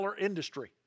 industry